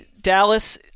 Dallas